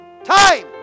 time